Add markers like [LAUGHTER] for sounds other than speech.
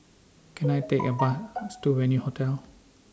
[NOISE] Can I Take A Bus to Venue Hotel